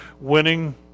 Winning